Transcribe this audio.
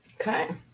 Okay